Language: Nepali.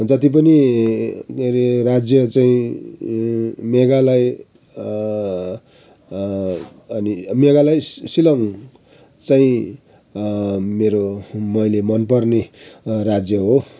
जति पनि के अरे राज्य चाहिँ मेघालय अनि मेघालय सि सिलङ चाहिँ मेरो मैले मनपर्ने राज्य हो